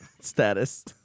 status